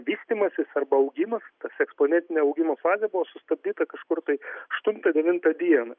vystymasis arba augimas tas eksponentinė augimo fazė buvo sustabdyta kažkur tai aštuntą devintą dieną